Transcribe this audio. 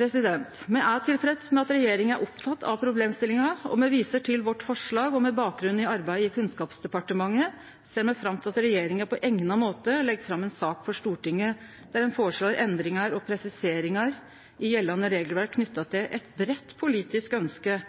Me er tilfredse med at regjeringa er oppteken av problemstillinga. Me viser til forslaget vårt, og med bakgrunn i arbeidet i Kunnskapsdepartementet ser me fram til at regjeringa på eigna måte legg fram ei sak for Stortinget der dei føreslår endringar og presiseringar i gjeldande regelverk knytte til eit breitt politisk ønske